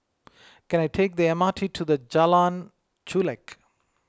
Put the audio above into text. can I take the M R T to Jalan Chulek